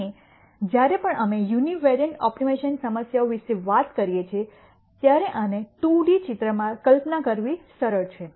અને જ્યારે પણ અમે યુનિવેરિએંટ ઓપ્ટિમાઇઝેશન સમસ્યાઓ વિશે વાત કરીએ છીએ ત્યારે આને 2 ડી ચિત્રમાં કલ્પના કરવી સરળ છે